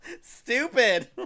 Stupid